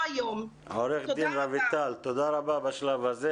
עו"ד רויטל בשלב הזה.